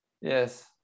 Yes